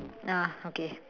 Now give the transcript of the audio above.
nah okay